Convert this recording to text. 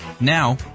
Now